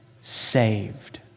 saved